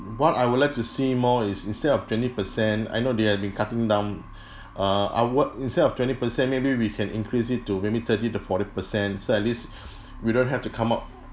what I would like to see more is instead of twenty percent I know they have been cutting down err ah what instead of twenty percent maybe we can increase it to maybe thirty to forty percent so at least we don't have to come out